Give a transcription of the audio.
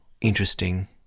interesting